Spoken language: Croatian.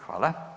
Hvala.